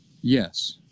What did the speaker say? Yes